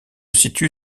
situe